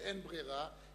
שאין ברירה,